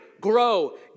grow